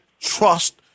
trust